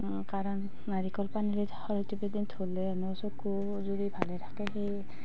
কাৰণ নাৰিকল পানীৰে ধুলে হেনো চকুযোৰি ভালে থাকে সেয়ে